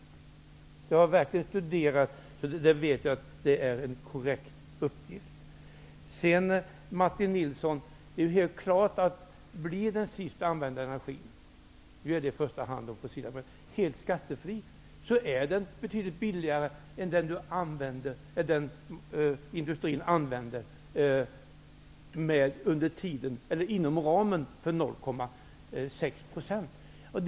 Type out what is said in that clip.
Detta har jag verkligen studerat, och jag vet att det är en korrekt uppgift. Nilsson, blir de betydligt billigare än dem som industrin använder inom ramen för 0,6 % av företagens omsättning.